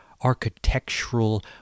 architectural